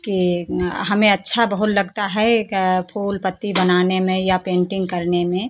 कि हमें अच्छा बहुत लगता है एक फूल पत्ती बनाने में या पेन्टिन्ग करने में